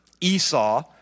Esau